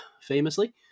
famously